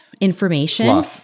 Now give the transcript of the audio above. information